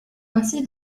ainsi